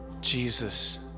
Jesus